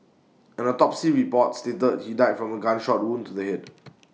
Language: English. an autopsy report stated he died from A gunshot wound to the Head